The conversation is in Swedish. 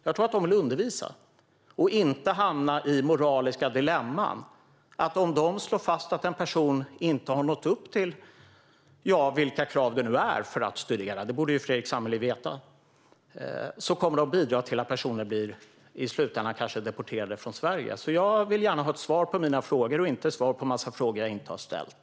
Jag tror att de vill undervisa och inte hamna i moraliska dilemman som innebär att om de slår fast att en person inte har nått upp till vilka kraven nu är för att studera - det borde Fredrik Lundh Sammeli veta - kommer de att bidra till att personen kanske blir deporterad från Sverige. Jag vill gärna ha svar på mina frågor och inte svar på en massa frågor som jag inte har ställt.